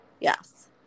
Yes